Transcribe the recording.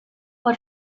what